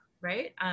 right